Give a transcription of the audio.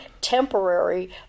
temporary